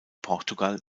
portugal